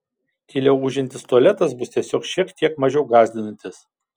tyliau ūžiantis tualetas bus tiesiog šiek tiek mažiau gąsdinantis